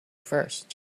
first